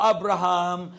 Abraham